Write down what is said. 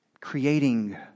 Creating